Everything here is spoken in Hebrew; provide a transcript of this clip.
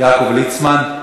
יעקב ליצמן?